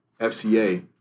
FCA